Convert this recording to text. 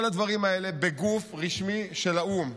כל הדברים האלה בגוף רשמי של האו"ם.